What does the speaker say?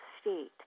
state